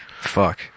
Fuck